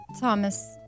Thomas